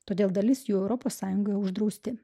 todėl dalis jų europos sąjungoje uždrausti